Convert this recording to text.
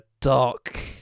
dark